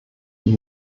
die